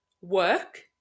work